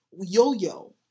yo-yo